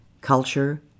culture